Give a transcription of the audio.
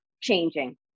changing